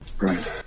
right